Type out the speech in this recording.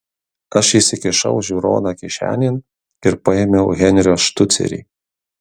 aš įsikišau žiūroną kišenėn ir paėmiau henrio štucerį